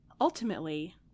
Ultimately